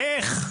איך?